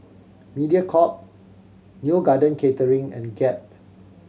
Mediacorp Neo Garden Catering and Gap